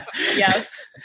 Yes